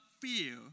fear